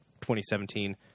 2017